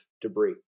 debris